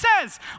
says